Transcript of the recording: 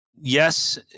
Yes